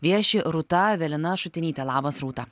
vieši rūta evelina šutinytė labas rūta